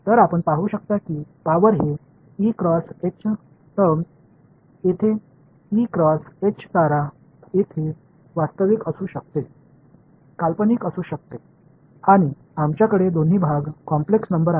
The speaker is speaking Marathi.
तर आपण पाहू शकता की पॉवर हे ई क्रॉस एच टर्म्स येथे ई क्रॉस एच तारा येथे वास्तविक असू शकते काल्पनिक असू शकते आणि आमच्याकडे दोन्ही भाग कॉम्प्लेक्स नंबर आहेत